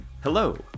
Hello